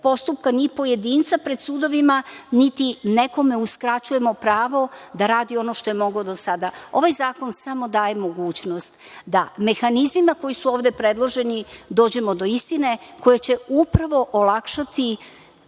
postupka, ni pojedinca pred sudovima, niti nekome uskraćujemo pravo da radi ono što je moglo do sada. Ovaj zakon samo daje mogućnost da mehanizmima koji su ovde predloženi dođemo do istine, koja će upravo olakšati